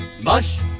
mush